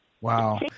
Wow